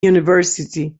university